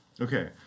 Okay